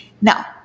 Now